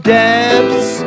depths